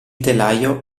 telaio